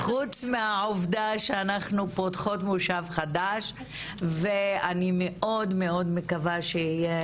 חוץ מהעובדה שאנחנו פותחות מושב חדש ואני מאוד מאוד מקווה שיהיה